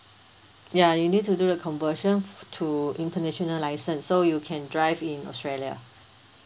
ya you need to do the conversion f~ to international license so you can drive in australia